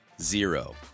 zero